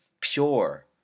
pure